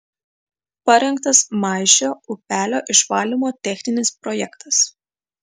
parengtas maišio upelio išvalymo techninis projektas